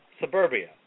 suburbia